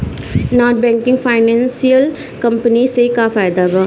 Non banking financial company से का फायदा बा?